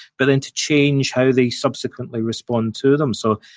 but then to change how they subsequently respond to them. so,